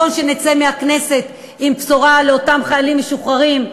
ונכון שנצא מהכנסת עם בשורה לאותם חיילים משוחררים,